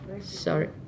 Sorry